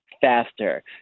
faster